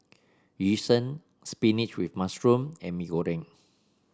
Yu Sheng spinach with mushroom and Mee Goreng